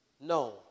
No